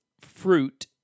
fruit